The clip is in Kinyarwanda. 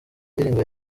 ndirimbo